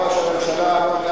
מה אמר ראש הממשלה?